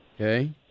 Okay